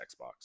Xbox